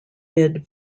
mid